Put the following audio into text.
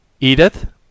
Edith